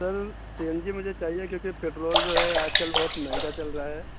سر C N G مجھے چاہیے کیونکہ پٹرول جو ہے آج کل بہت مہنگا چل رہا ہے